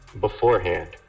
beforehand